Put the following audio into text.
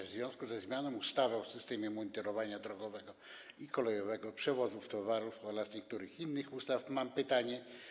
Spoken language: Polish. W związku ze zmianą ustawy o systemie monitorowania drogowego i kolejowego przewozu towarów oraz niektórych innych ustaw mam pytanie: